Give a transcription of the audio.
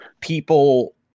people